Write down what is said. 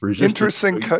interesting